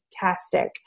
fantastic